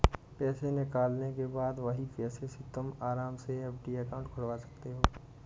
पैसे निकालने के बाद वही पैसों से तुम आराम से एफ.डी अकाउंट खुलवा सकते हो